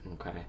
Okay